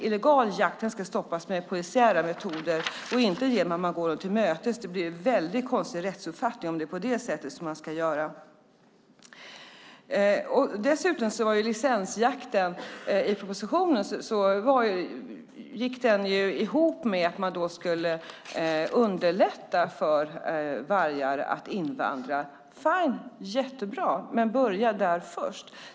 Illegal jakt ska stoppas med polisiära metoder och inte genom att man går dem till mötes. Det blir en väldigt konstig rättsuppfattning om man ska göra på det här sättet. Dessutom hängde licensjakten i propositionen ihop med att man skulle underlätta för vargar att invandra. Fine, jättebra, men börja då där!